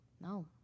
no